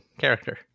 character